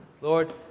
Lord